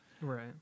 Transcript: Right